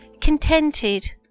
contented